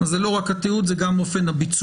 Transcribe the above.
זה לא רק התיעוד אלא זה גם אופן הביצוע.